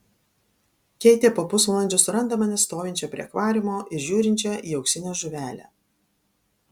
keitė po pusvalandžio suranda mane stovinčią prie akvariumo ir žiūrinčią į auksinę žuvelę